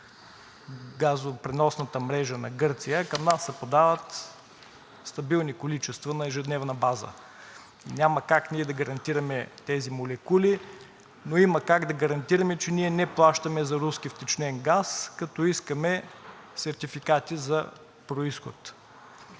газопреносната мрежа на Гърция. Към нас се подават стабилни количества на ежедневна база. Няма как ние да гарантираме тези молекули, но има как да гарантираме, че ние не плащаме за руски втечнен газ, като искаме сертификати за произход.